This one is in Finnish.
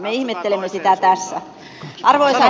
me ihmettelemme sitä tässä